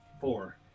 Four